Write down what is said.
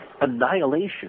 annihilation